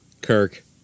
Kirk